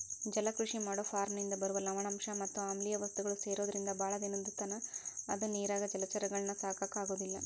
ಜಲಕೃಷಿ ಮಾಡೋ ಫಾರ್ಮನಿಂದ ಬರುವ ಲವಣಾಂಶ ಮತ್ ಆಮ್ಲಿಯ ವಸ್ತುಗಳು ಸೇರೊದ್ರಿಂದ ಬಾಳ ದಿನದತನ ಅದ ನೇರಾಗ ಜಲಚರಗಳನ್ನ ಸಾಕಾಕ ಆಗೋದಿಲ್ಲ